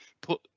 Put